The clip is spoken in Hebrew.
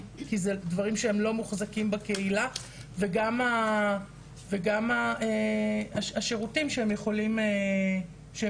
כי אלו דברים שהם לא מוחזקים בקהילה וגם השירותים שהם יכולות לקבל.